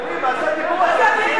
אדוני, מה הדיבור הזה?